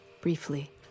briefly